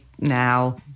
now